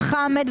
של חמד,